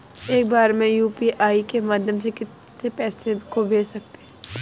एक बार में यू.पी.आई के माध्यम से कितने पैसे को भेज सकते हैं?